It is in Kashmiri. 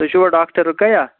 تُہۍ چھُوا ڈاکٹر رُکَیا